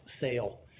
sale